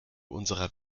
unserer